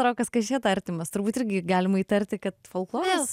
rokas kašėta artimas turbūt irgi galima įtarti kad folkloras